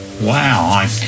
Wow